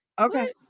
Okay